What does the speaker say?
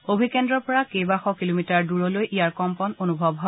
অভিকেদ্ৰৰ পৰা কেইবা শ কিলোমিটাৰ দূৰলৈ ইয়াৰ কম্পন অনুভৱ হয়